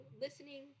listening